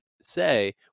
say